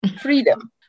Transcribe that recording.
freedom